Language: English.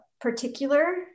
particular